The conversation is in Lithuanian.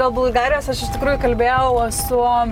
dėl bulgarijos aš iš tikrųjų kalbėjau su